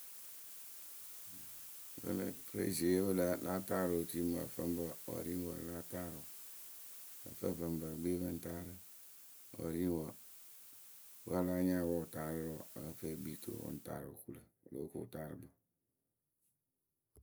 fɨrijiyǝ we láa taarɨ otuyǝ mɨŋ ǝfǝŋpǝ wǝ ri ŋ wǝ láa taarɨ wǝ. Ǝ fɨ ǝfǝŋpǝ e kpii pɨ ŋ taarɨ wǝ ri ŋ wǝ. We a láa nya ǝ pɨ wɨ taarɩ rǝ wǝǝ ǝ fɨ e kpii rɨ tuwǝ wɨ ŋ taarɨ wɨ kuŋ lǝ̈ wɨ lóo kuŋ wɨtaarɨkpǝ.